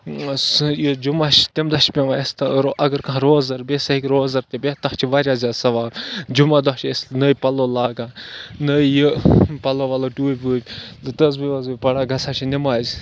سُہ یہِ جمعہ چھِ تَمہِ دۄہ چھِ پٮ۪وان اَسہِ تہٕ اَگر کانٛہہ روزدَر بیٚہہِ سُہ ہیٚکہِ روزدَر تہِ بِہِتھ تَتھ چھِ واریاہ زیادٕ ثواب جمعہ دۄہ چھِ أسۍ نٔے پَلو لاگان نٔے یہِ پَلو وَلو ٹوٗپۍ ووٗپۍ تہٕ تٔسبیٖح ؤسبیٖح پَڑان گژھان چھِ نٮ۪مازِ